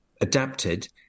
adapted